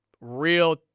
real –